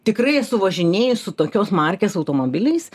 tikrai esu važinėjus su tokios markės automobiliais